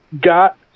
got